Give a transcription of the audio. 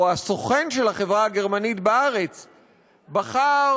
או הסוכן של החברה הגרמנית בארץ בחר,